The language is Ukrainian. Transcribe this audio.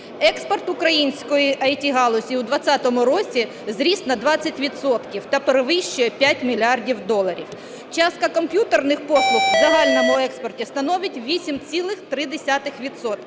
Експорт української ІТ-галузі у 20-му році зріз на 20 відсотків та перевищує 5 мільярдів доларів. Частка комп'ютерних послуг в загальному експорті становить 8,3